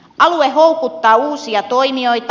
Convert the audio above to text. alue houkuttaa uusia toimijoita